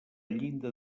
llinda